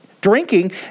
drinking